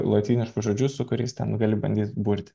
lotyniškus žodžius su kuriais ten gali bandyt burti